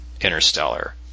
Interstellar